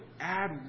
add